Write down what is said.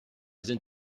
sind